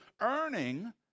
earning